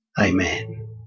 Amen